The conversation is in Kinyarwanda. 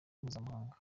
mpuzamahanga